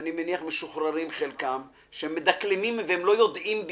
44.5 מיליון שקלים על חברות שהפרו את חוק הגנת הצרכן בשלל